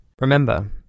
remember